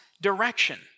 direction